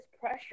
pressure